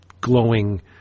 glowing